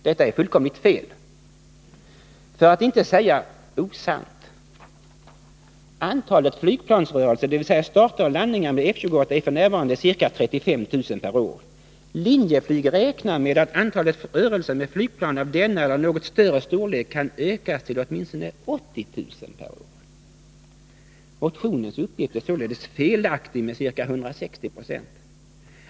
Detta är fullkomligt fel, för att inte säga osant. Antalet flygplansrörelser, dvs. starter och landningar, med F-28 är f. n. ca 35 000 per år. Linjeflyg räknar med att antalet rörelser med flygplan av denna eller något större storlek kan ökas till åtminstone 80 000 per år. Reservationens uppgift är således felaktig med ca 160 26.